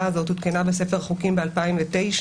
הזאת עודכנה בספר החוקים ב-2009,